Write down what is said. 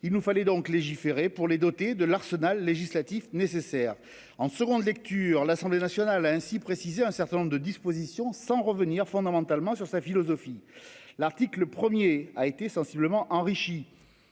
Il nous fallait donc légiférer pour les doter de l'arsenal législatif nécessaire en seconde lecture, l'Assemblée nationale a ainsi précisé un certain nombre de dispositions sans revenir fondamentalement sur sa philosophie. L'article le 1er a été sensiblement enrichie.